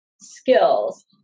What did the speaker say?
skills